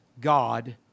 God